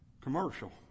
commercial